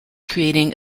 creating